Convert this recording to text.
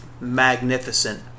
magnificent